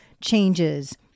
changes